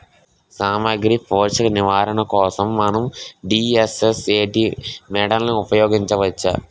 సామాగ్రి పోషక నిర్వహణ కోసం మనం డి.ఎస్.ఎస్.ఎ.టీ మోడల్ని ఉపయోగించవచ్చా?